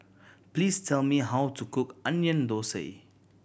please tell me how to cook Onion Thosai